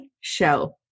show